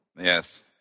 Yes